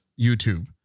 YouTube